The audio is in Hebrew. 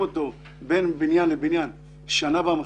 את הציוד שלהם בין עבודה לעבודה שנה במחסן.